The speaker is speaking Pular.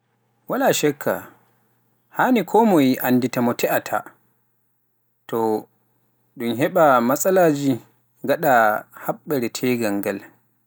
waala shekka haani konmoye anndita mo te'ata ngam to ɗun heɓa matsalaji gaɗa haɓɓere tegal ngal.